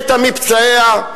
מתה מפצעיה,